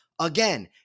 Again